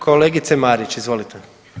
Kolegice Marić, izvolite.